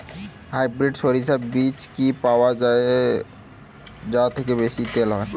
Hybrid শরিষা বীজ কি পাওয়া য়ায় যা থেকে বেশি তেল হয়?